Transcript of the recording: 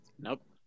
Nope